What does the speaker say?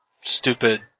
stupid